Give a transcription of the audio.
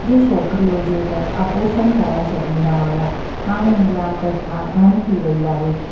जे छोकिरी हुजे त अबॉर्शन कराइ छॾींदा हुया हाणे इहा प्रथा बंदि थी वई आहे